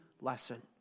lesson